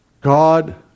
God